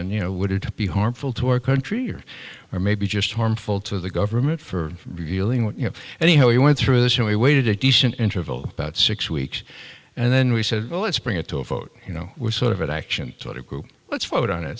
and you know would it be harmful to our country or or maybe just harmful to the government for revealing what you know and he went through this and we waited a decent interval about six weeks and then we said well let's bring it to a vote you know we're sort of an action sort of group let's vote on it